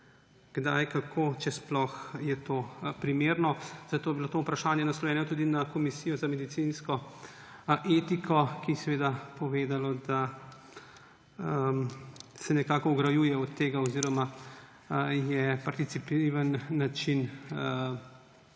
kdaj, kako, če sploh je to primerno. Zato je bilo to vprašanje naslovljeno tudi na Komisijo za medicinsko etiko, ki je povedala, da se nekako ograjuje od tega oziroma je za participativen način